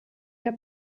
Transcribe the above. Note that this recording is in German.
wir